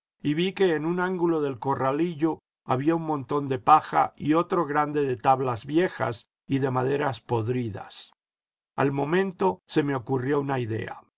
y vi que en un ángulo del corralülo había un montón de paja y otro grande de tablas viejas y de maderas podridas al momento se me ocurrió una idea